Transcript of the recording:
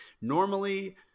normally